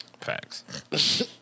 Facts